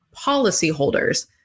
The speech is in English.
policyholders